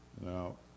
Now